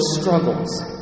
struggles